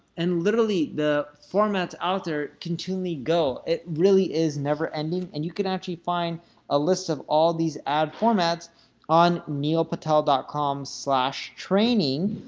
and literally the formats out there continually go, it really is never-ending, and you can actually find a list of all these ad formats on neilpatel com so training,